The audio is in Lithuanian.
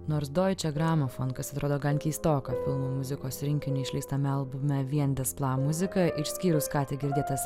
nors doiče gramo fonkas atrodo gan keistoka filmų muzikos rinkiniui išleistame albume vien despla muzika išskyrus ką tik girdėtas